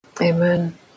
Amen